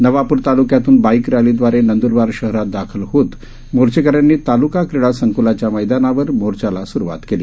नवापूरतालुक्यातूनबाईकरॅलीद्वारेनंदूरबारशहरातदाखलहोतमोर्चेकऱ्यांनीतालुकाक्रीडासंक्लाच्यामैदानावर मोर्चालास्रवातकेली